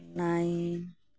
nine